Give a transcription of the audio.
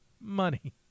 money